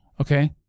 Okay